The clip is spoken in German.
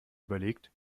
überlegt